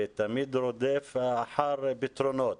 ותמיד הוא רודף אחר פתרונות.